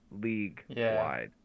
league-wide